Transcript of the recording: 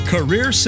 Career